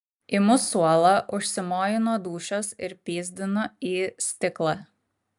imu suolą užsimoju nuo dūšios ir pyzdinu į stiklą